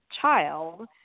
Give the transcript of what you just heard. child